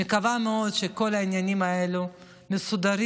אני מקווה מאוד שכל העניינים האלה מסודרים